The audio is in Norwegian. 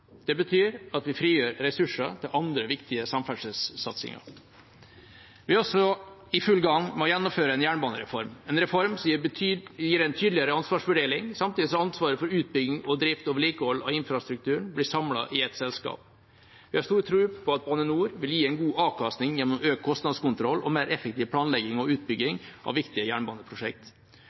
Det betyr at vi frigjør ressurser til andre viktige samferdselssatsinger. Vi er også i full gang med å gjennomføre en jernbanereform, en reform som gir en tydeligere ansvarsfordeling, samtidig som ansvaret for utbygging og drift og vedlikehold av infrastrukturen blir samlet i ett selskap. Vi har stor tro på at Bane NOR vil gi god avkastning gjennom økt kostnadskontroll og mer effektiv planlegging og utbygging av viktige